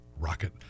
rocket